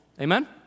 Amen